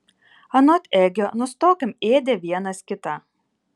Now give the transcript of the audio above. anot egio nustokim ėdę vienas kitą